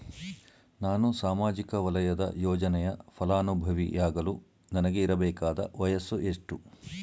ನಾನು ಸಾಮಾಜಿಕ ವಲಯದ ಯೋಜನೆಯ ಫಲಾನುಭವಿ ಯಾಗಲು ನನಗೆ ಇರಬೇಕಾದ ವಯಸ್ಸು ಎಷ್ಟು?